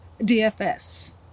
DFS